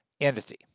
entity